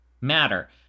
matter